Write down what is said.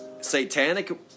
satanic